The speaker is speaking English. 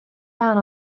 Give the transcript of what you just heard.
down